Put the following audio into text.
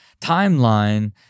timeline